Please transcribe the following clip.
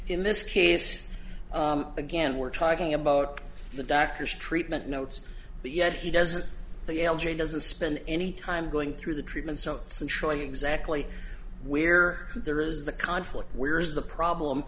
in this case again we're talking about the doctor's treatment notes but yet he doesn't the l g doesn't spend any time going through the treatments so centrally exactly where there is the conflict where's the problem